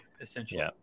essentially